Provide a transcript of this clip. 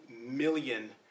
million